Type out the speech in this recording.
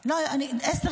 לא, לא.